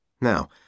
Now